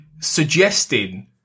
suggesting